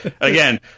Again